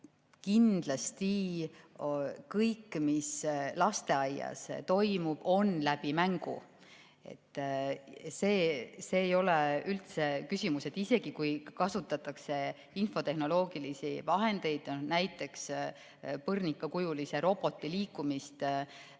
Kindlasti kõik, mis lasteaias toimub, käib läbi mängu. See ei ole üldse küsimus. Isegi kui kasutatakse infotehnoloogilisi vahendeid, näiteks põrnikakujulise roboti